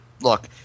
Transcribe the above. Look –